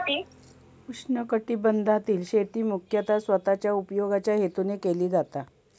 उष्णकटिबंधातील शेती मुख्यतः स्वतःच्या उपयोगाच्या हेतून केली जाता